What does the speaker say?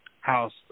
house